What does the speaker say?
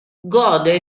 gode